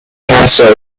passed